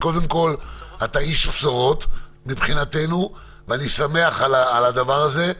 אתה איש בשורות מבחינתנו ואני שמח על הדבר הזה.